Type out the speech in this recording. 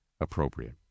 appropriate